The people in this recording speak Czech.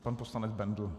Pan poslanec Bendl.